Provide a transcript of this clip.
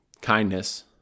kindness